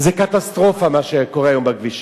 זה קטסטרופה מה שקורה היום בכבישים: